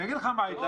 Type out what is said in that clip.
אתה יודע מה יקרה.